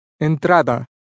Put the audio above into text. Entrada